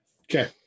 Okay